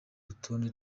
rutonde